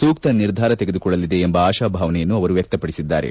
ಸೂಕ್ತ ನಿರ್ಧಾರ ತೆಗೆದುಕೊಳ್ಳಲಿದೆ ಎಂಬ ಆಶಾಭಾವನೆಯನ್ನು ವ್ಯಕ್ತಪಡಿಸಿದ್ದಾರೆ